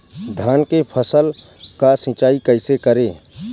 धान के फसल का सिंचाई कैसे करे?